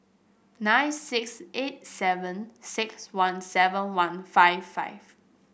nine six eight seven six one seven one five five